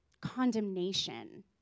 condemnation